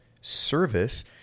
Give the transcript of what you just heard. service